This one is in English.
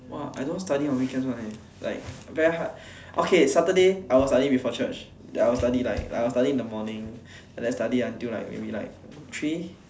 !wah! I don't study on weekends one eh like very hard okay Saturday I will study before church then I will study like like I will study in the morning and than study until like maybe like three